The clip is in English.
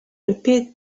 repeat